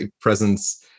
presence